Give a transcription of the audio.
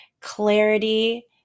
Clarity